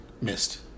missed